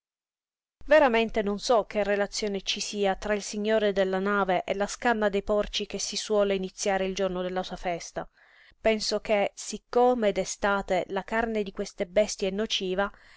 veramente non so che relazione ci sia tra il signore della nave e la scanna dei porci che si suole iniziare il giorno della sua festa penso che siccome d'estate la carne di queste bestie è nociva